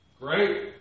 Great